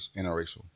interracial